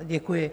Děkuji.